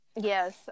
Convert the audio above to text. Yes